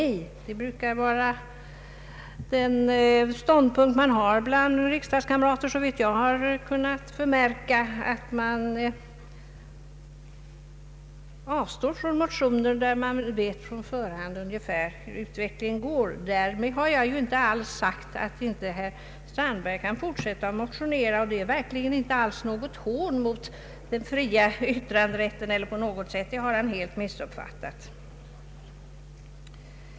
Såvitt jag har kunnat förmärka, brukar mina kamrater här i riksdagen avstå från att väcka motioner som de på förhand vet inte kommer att ha någon framgång. Därmed har jag inte alls sagt att herr Strandberg inte kan fortsätta att motionera; och det är verkligen inte alls något hån mot den fria yttranderätten — i så fall har han fullständigt missuppfattat vad jag sade.